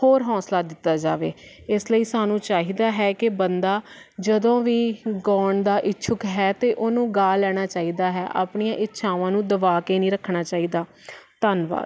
ਹੋਰ ਹੌਸਲਾ ਦਿੱਤਾ ਜਾਵੇ ਇਸ ਲਈ ਸਾਨੂੰ ਚਾਹੀਦਾ ਹੈ ਕਿ ਬੰਦਾ ਜਦੋਂ ਵੀ ਗਾਉਣ ਦਾ ਇੱਛੁਕ ਹੈ ਤਾਂ ਉਹਨੂੰ ਗਾ ਲੈਣਾ ਚਾਹੀਦਾ ਹੈ ਆਪਣੀਆਂ ਇੱਛਾਵਾਂ ਨੂੰ ਦਬਾ ਕੇ ਨਹੀਂ ਰੱਖਣਾ ਚਾਹੀਦਾ ਧੰਨਵਾਦ